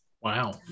Wow